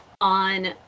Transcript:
on